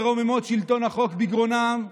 רוממות שלטון החוק בגרונם,